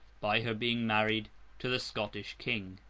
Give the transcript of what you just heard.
by her being married to the scottish king.